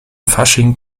fasching